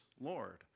Lord